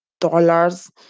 dollars